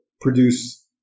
produce